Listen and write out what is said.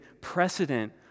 precedent